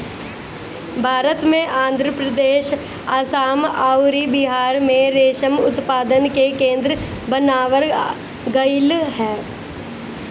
भारत में आंध्रप्रदेश, आसाम अउरी बिहार में रेशम उत्पादन के केंद्र बनावल गईल ह